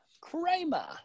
Kramer